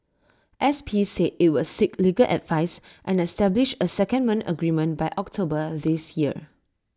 S P said IT would seek legal advice and establish A secondment agreement by October this year